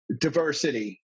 diversity